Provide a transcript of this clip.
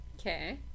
Okay